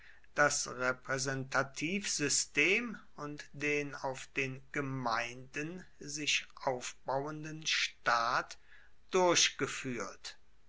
das repräsentativsystem und den auf den gemeinden sich aufbauenden staat durchgeführt